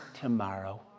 Tomorrow